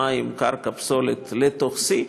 מים, קרקע ופסולת לתוך C,